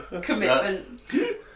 commitment